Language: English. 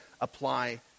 apply